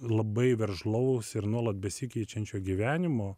labai veržlaus ir nuolat besikeičiančio gyvenimo